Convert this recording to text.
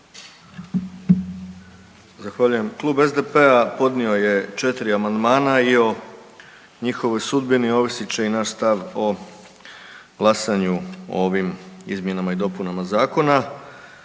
Zahvaljujem. Klub SDP-a podnio je 4 amandmana i o njihovoj sudbini ovisit će i naš stav o glasanju o ovim izmjenama i dopunama zakona.